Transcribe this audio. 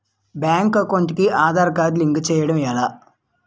Bank account కి Aadhaar card link చేయడం ఎలా?